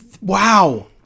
wow